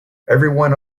everyone